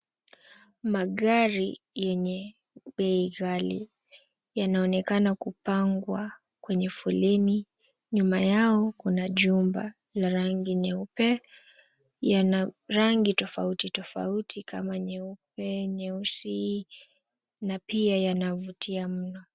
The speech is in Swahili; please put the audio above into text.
Magari yenye bei ghali yanaonekana kupangwa kwenye foleni. Nyuma yao kuna jumba la rangi nyeupe. Yana rangi tofauti tofauti kama nyeupe, nyeusi na pia yanavutia mno.